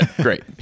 Great